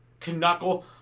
canuckle